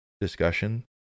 discussion